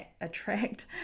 attract